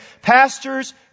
Pastors